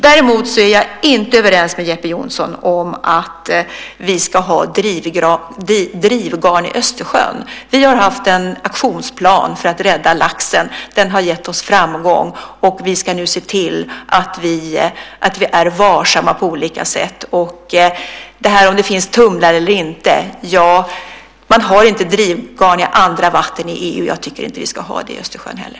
Däremot är jag inte överens med Jeppe Johnsson om att vi ska ha drivgarn i Östersjön. Vi har haft en aktionsplan för att rädda laxen. Den har gett oss framgång. Och vi ska nu se till att vi är varsamma på olika sätt. Beträffande detta om det finns tumlare eller inte, vill jag säga att man inte har drivgarn i andra vatten i EU. Jag tycker inte att vi ska ha det i Östersjön heller.